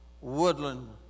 Woodland